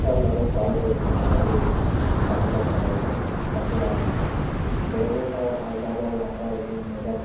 హెక్టార్లలో సాగు చేస్తున్నారు ఇది కందిపప్పు అనేది కందులు అనేది మెహబూబ్నగర్ అదిలాబాద్ రంగారెడ్డి మెదక్